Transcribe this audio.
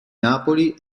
napoli